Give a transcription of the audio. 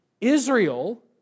Israel